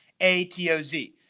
ATOZ